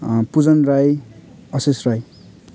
Pujan Rai Ashish Rai